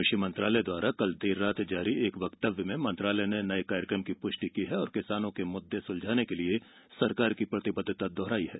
कृषि मंत्रालय द्वारा कल देर रात जारी एक वक्तव्य में मंत्रालय ने नए कार्यक्रम की पुष्टि की है और किसानों के मुद्दे सुलझाने के लिए सरकार की प्रतिबद्धता दोहराई है